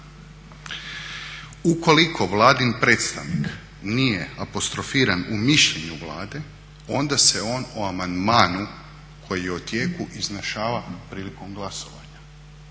Ukoliko Vladin predstavnik nije apostrofiran u mišljenju Vlade onda se on o amandmanu koji je u tijeku iznašava prilikom glasovanja.